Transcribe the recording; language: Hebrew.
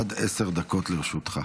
עד עשר דקות לרשותך.